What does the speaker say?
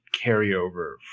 carryover